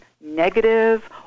negative